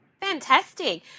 Fantastic